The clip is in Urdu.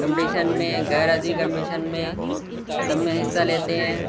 کمپٹیشن میں غیرادبی کمپٹیشن میں سب میں حصہ لیتے ہیں